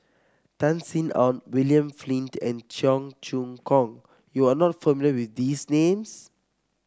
Tan Sin Aun William Flint and Cheong Choong Kong you are not familiar with these names